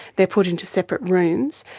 they are put into separate rooms.